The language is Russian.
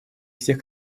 всех